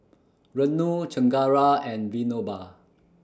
Renu Chengara and Vinoba